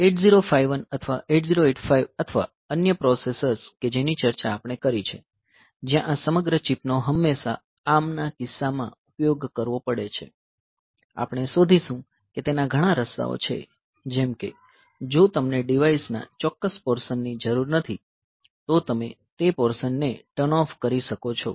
8051 અથવા 8085 અથવા અન્ય પ્રોસેસર્સ કે જેની ચર્ચા આપણે કરી છે જ્યાં આ સમગ્ર ચિપ નો હંમેશા ARMના કિસ્સામાં ઉપયોગ કરવો પડે છે આપણે શોધીશું કે તેના ઘણા રસ્તાઓ છે જેમ કે જો તમને ડિવાઇસ ના ચોક્કસ પોર્શનની જરૂર નથી તો તમે તે પોર્શન ને ટર્ન ઓફ કરી શકો છો